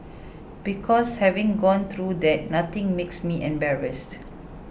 because having gone through that nothing makes me embarrassed